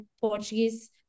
Portuguese